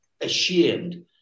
ashamed